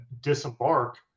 disembark